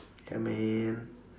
I mean